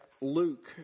Luke